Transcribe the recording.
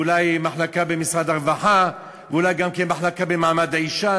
ואולי מחלקה במשרד הרווחה ואולי גם כן מחלקה במעמד האישה,